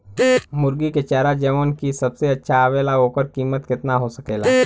मुर्गी के चारा जवन की सबसे अच्छा आवेला ओकर कीमत केतना हो सकेला?